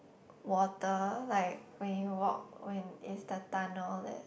water like when you walk when it's the tunnel all that